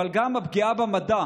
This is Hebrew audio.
אבל גם פגיעה במדע,